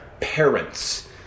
parents